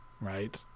right